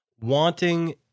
wanting